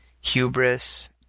hubris